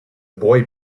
boy